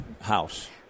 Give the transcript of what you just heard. House